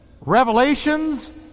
Revelations